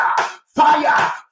Fire